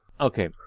Okay